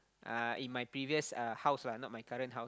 uh in my previous uh house lah not my current house